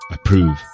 Approve